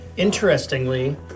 interestingly